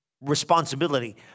responsibility